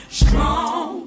strong